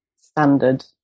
standard